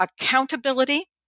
accountability